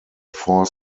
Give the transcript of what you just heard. four